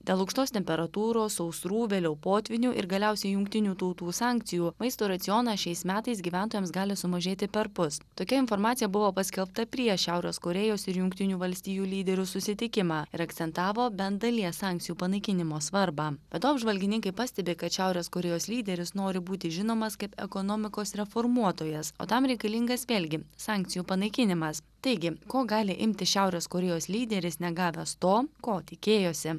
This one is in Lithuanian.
dėl aukštos temperatūros sausrų vėliau potvynių ir galiausiai jungtinių tautų sankcijų maisto racionas šiais metais gyventojams gali sumažėti perpus tokia informacija buvo paskelbta prieš šiaurės korėjos ir jungtinių valstijų lyderių susitikimą ir akcentavo bent dalies sankcijų panaikinimo svarbą be to apžvalgininkai pastebi kad šiaurės korėjos lyderis nori būti žinomas kaip ekonomikos reformuotojas o tam reikalingas vėlgi sankcijų panaikinimas taigi ko gali imtis šiaurės korėjos lyderis negavęs to ko tikėjosi